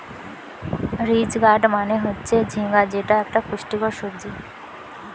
ridge gourd মানে হচ্ছে ঝিঙ্গা যেটা একটা পুষ্টিকর সবজি